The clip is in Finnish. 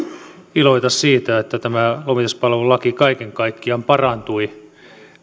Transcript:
iloita siitä että tämä lomituspalvelulaki kaiken kaikkiaan parantui